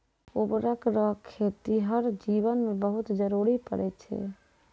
उर्वरक रो खेतीहर जीवन मे बहुत जरुरी पड़ै छै